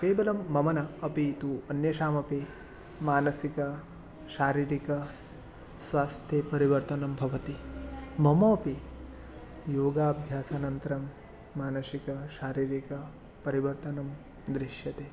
केवलं मम न अपि तु अन्येषामपि मानसिकशारीरिकस्वास्थ्ये परिवर्तनं भवति ममापि योगाभ्यासानन्तरं मानसिकशारीरिक परिवर्तनं दृश्यते